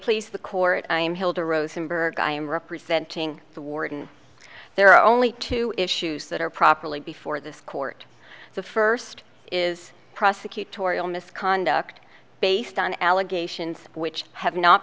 please the court i am hilda rosenberg i am representing the warden there are only two issues that are properly before this court the first is prosecutorial misconduct based on allegations which have not